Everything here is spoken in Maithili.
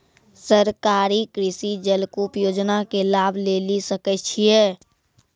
सरकारी कृषि जलकूप योजना के लाभ लेली सकै छिए?